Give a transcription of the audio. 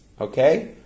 Okay